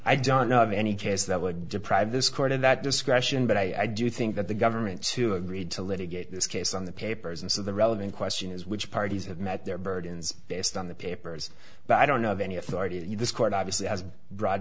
i don't know of any case that would deprive this court of that discretion but i do think that the government to agree to litigate this case on the papers and so the relevant question is which parties have met their burdens based on the papers but i don't know of any authority this court obviously has bro